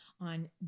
on